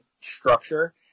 structure